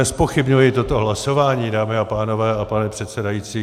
Nezpochybňuji toto hlasování, dámy a pánové a pane předsedající.